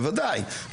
בוודאי.